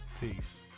Peace